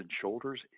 shoulders